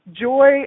joy